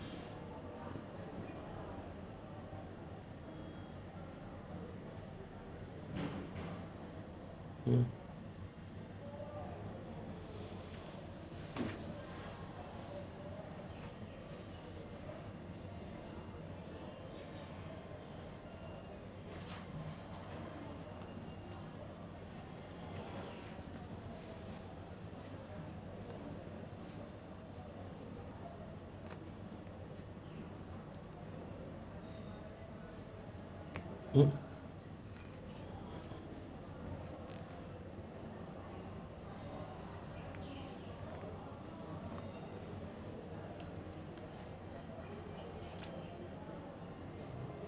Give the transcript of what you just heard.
hmm mm